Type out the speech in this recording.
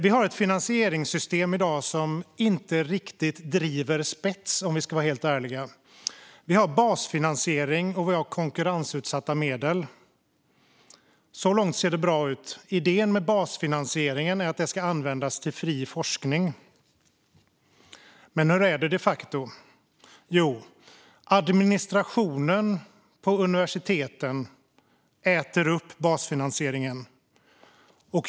Vi har ett finansieringssystem i dag som inte riktigt driver spets, om vi ska vara helt ärliga. Vi har basfinansiering och vi har konkurrensutsatta medel. Så långt ser det bra ut. Idén med basfinansieringen är att den ska användas till fri forskning. Men hur är det de facto? För det första: Administrationen på universiteten äter upp basfinansieringen.